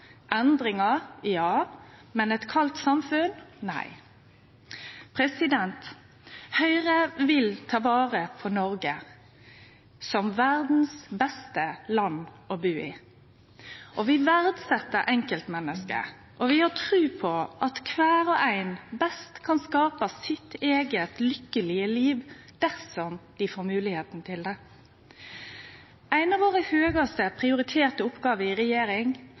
endringar: ja, men eit kaldt samfunn: nei. Høgre vil ta vare på Noreg som verdas beste land å bu i. Vi verdset enkeltmennesket, og vi har tru på at kvar og ein best kan skape sitt eige, lykkelege liv dersom ein får moglegheit til det. Ei av våre høgast prioriterte oppgåver i regjering